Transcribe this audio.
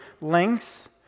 lengths